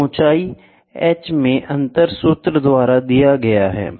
तो ऊंचाई एच में अंतर सूत्र द्वारा दिया गया है